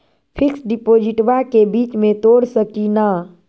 Fix डिपोजिटबा के बीच में तोड़ सकी ना?